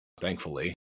thankfully